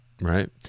Right